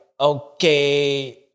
okay